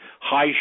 high